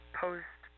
post